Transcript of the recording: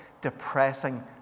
depressing